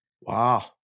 wow